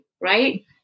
right